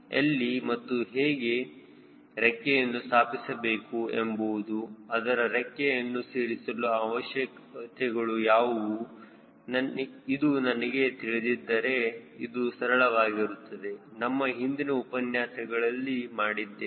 ಎಲ್ಲಿ ಮತ್ತು ಹೇಗೆ ರೆಕ್ಕೆಯನ್ನು ಸ್ಥಾಪಿಸಬೇಕು ಎಂಬುವುದು ಆದರೆ ರೆಕ್ಕೆಯನ್ನು ಸೇರಿಸಲು ಅವಶ್ಯಕತೆಗಳು ಯಾವುವು ಇದು ನನಗೆ ತಿಳಿದಿದ್ದರೆ ಇದು ಸರಳವಾಗಿರುತ್ತದೆ ನಮ್ಮ ಹಿಂದಿನ ಉಪನ್ಯಾಸಗಳಲ್ಲಿ ಮಾಡಿದ್ದೇವೆ